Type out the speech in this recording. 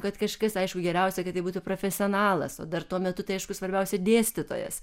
kad kažkas aišku geriausia kad tai būtų profesionalas o dar tuo metu tai aišku svarbiausia dėstytojas